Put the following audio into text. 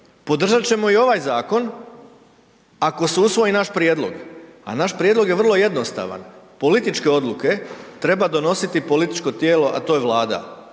Podržat ćemo i ovaj zakon ako se usvoji naš prijedlog, a naš prijedlog je vrlo jednostavan. Političke odluke treba donositi političko tijelo, a to je Vlada.